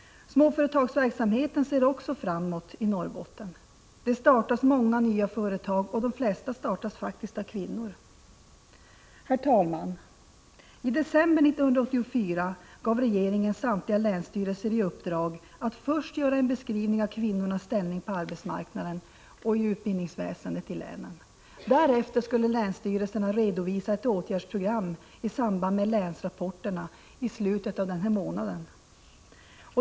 Småföretagsverksamheten går också framåt i Norrbotten. Det startas många nya småföretag, de flesta faktiskt av kvinnor. Herr talman! I december 1984 gav regeringen samtliga länsstyrelser i uppdrag att först göra en beskrivning av kvinnornas ställning på arbetsmarknaden och i utbildningsväsendet i länen. Därefter skulle länsstyrelserna redovisa ett åtgärdsprogram i samband med länsrapporterna i slutet av denna månad.